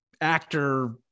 actor